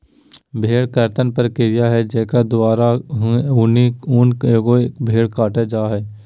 भेड़ कर्तन प्रक्रिया है जेकर द्वारा है ऊनी ऊन एगो की भेड़ कट जा हइ